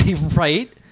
Right